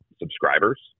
subscribers